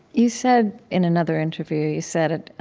you said in another interview, you said,